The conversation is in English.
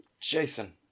Jason